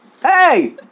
Hey